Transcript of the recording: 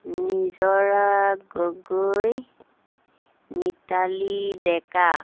Nijora Gogoi Mitali Deka